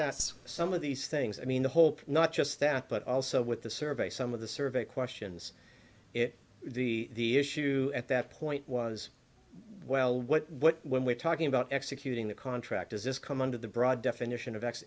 that's some of these things i mean the whole not just that but also with the survey some of the survey questions it the issue at that point was well what when we're talking about executing the contract is this come under the broad definition of